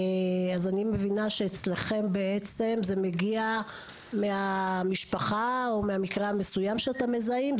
אז אני מבינה שאצלכם בעצם זה מגיע מהמשפחה או מהמקרה המסוים שאתם מזהים.